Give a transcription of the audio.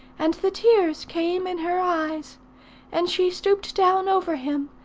and the tears came in her eyes and she stooped down over him,